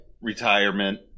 retirement